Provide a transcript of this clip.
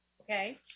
Okay